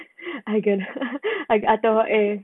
I can I I tell what eh